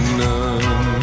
none